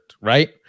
right